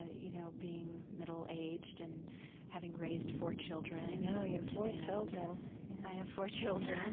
ah you know being middle-aged and having raised four children, i know. you have four children i have four children.